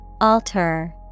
Alter